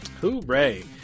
Hooray